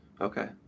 Okay